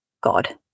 God